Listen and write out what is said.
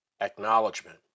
acknowledgement